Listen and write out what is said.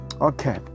Okay